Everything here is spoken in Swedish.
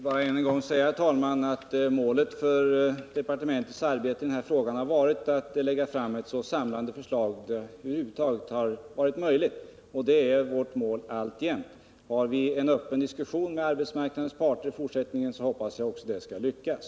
Herr talman! Jag vill bara än en gång säga att målet för departementets arbete i den här frågan har varit att lägga fram ett så samlande förslag som över huvud taget varit möjligt, och det är vårt mål alltjämt. Har vi en öppen diskussion med arbetsmarknadens parter i fortsättningen, så hoppas jag också det skall lyckas.